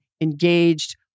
engaged